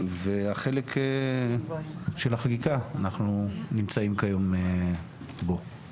והחלק של החקיקה אנחנו נמצאים בו היום.